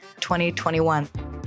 2021